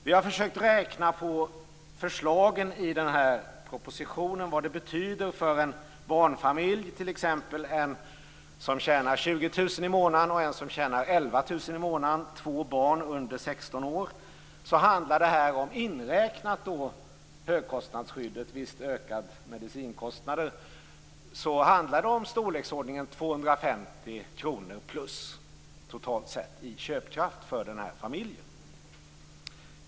Vi har försökt att räkna på vad förslagen i propositionen betyder för en barnfamilj. En kan tjäna 20 000 i månaden och en kan tjäna 11 000 i månaden, och de har två barn under 16 år. Det handlar om, inräknat högkostnadsskyddet och vissa ökade kostnader för mediciner, i storleksordningen plus 250 kr i köpkraft för familjen.